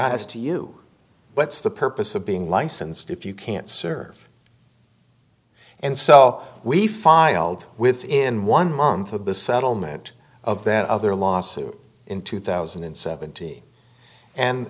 asked to you what's the purpose of being licensed if you can't serve and so we filed within one month of the settlement of that other lawsuit in two thousand and seventy and